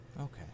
Okay